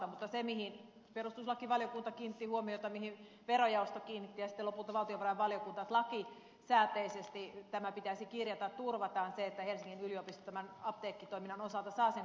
mutta mihin perustuslakivaliokunta kiinnitti huomiota mihin verojaosto kiinnitti ja sitten lopulta valtiovarainvaliokunta oli se että lakisääteisesti pitäisi kirjata että turvataan se että helsingin yliopisto tämän apteekkitoiminnan osalta saa sen kompensaation